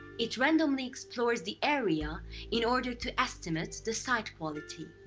it randomly explores the area in order to estimate the site quality.